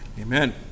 Amen